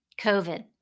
COVID